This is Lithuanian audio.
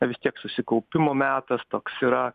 vis tiek susikaupimo metas toks yra